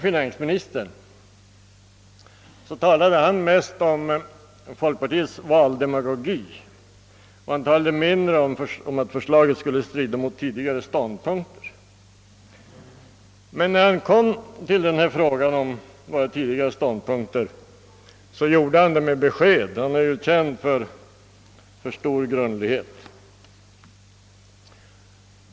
Finansministern talade till en början mest om folkpartiets valdemagogi och inte så mycket om att förslaget skulle strida mot våra tidigare ståndpunkter. Men när han kom till den senare frågan gjorde han det med besked — han är ju känd för stor grundlighet.